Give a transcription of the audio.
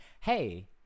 hey